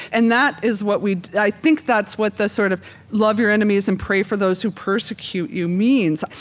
and that is what we i think that's what the sort of love your enemies and pray for those who persecute you means.